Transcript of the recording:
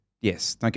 Yes